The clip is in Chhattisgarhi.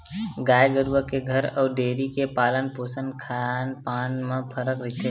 गाय गरुवा के घर अउ डेयरी के पालन पोसन खान पान म फरक रहिथे